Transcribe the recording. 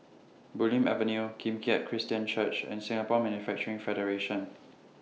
Bulim Avenue Kim Keat Christian Church and Singapore Manufacturing Federation